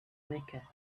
mecca